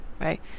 right